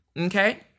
Okay